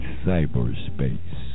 cyberspace